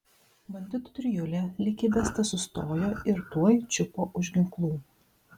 banditų trijulė lyg įbesta sustojo ir tuoj čiupo už ginklų